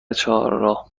چهارراه